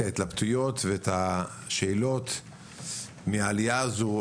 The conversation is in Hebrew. ההתלבטויות ואת השאלות מן העלייה הזאת.